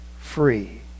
free